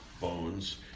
bones